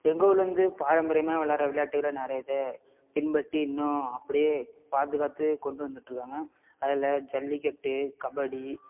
எங்கள் ஊர்லேருந்து பாரம்பரியமாக விளாட்ற விளையாட்டுகள நிறைய இதை பின்பற்றி இன்னும் அப்படியே பாதுகாத்து கொண்டு வந்துகிட்ருக்காங்க அதில் ஜல்லிக்கட்டு கபடி